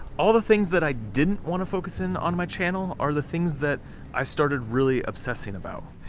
all the things that i didn't want to focus in on my channel, are the things that i started really obsessing about.